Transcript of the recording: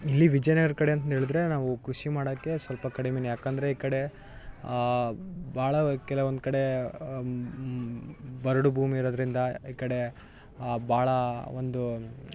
ಇಲ್ಲಿ ವಿಜಯನಗರ ಕಡೆ ಅಂತ ಹೇಳಿದ್ರೆ ನಾವು ಕೃಷಿ ಮಾಡೋಕೆ ಸ್ವಲ್ಪ ಕಡಿಮೇ ಯಾಕಂದರೆ ಈ ಕಡೆ ಭಾಳ ಕೆಲವೊಂದು ಕಡೆ ಬರಡು ಭೂಮಿ ಇರೋದ್ರಿಂದ ಈ ಕಡೆ ಭಾಳಾ ಒಂದು